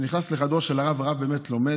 לחדרו של הרב, והרב באמת לומד.